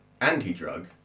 anti-drug